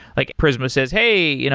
like prisma says, hey, you know